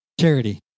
Charity